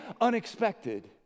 unexpected